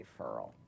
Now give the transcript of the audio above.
referral